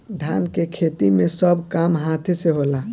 धान के खेती मे सब काम हाथे से होला